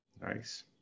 Nice